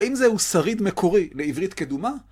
האם זהו שריד מקורי לעברית קדומה?